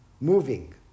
moving